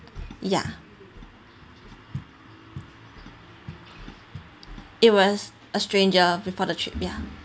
ya it was a stranger before the trip ya